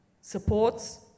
supports